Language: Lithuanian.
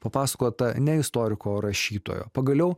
papasakota ne istoriko o rašytojo pagaliau